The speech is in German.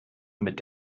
mit